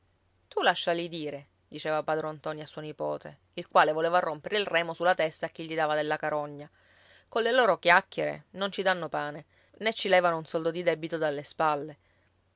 tu lasciali dire diceva padron ntoni a suo nipote il quale voleva rompere il remo sulla testa a chi gli dava della carogna colle loro chiacchiere non ci danno pane né ci levano un soldo di debito dalle spalle